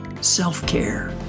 self-care